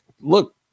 look